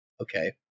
okay